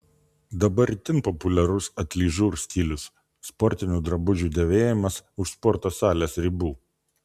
dabar itin populiarus atližur stilius sportinių drabužių dėvėjimas už sporto salės ribų